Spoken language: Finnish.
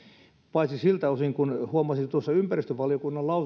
paitsi siltä osin kun huomasin tuossa ympäristövaliokunnan lausunnossa